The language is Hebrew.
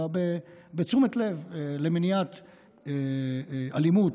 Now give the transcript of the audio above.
אלא בתשומת לב למניעת אלימות,